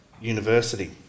University